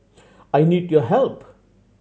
I need your help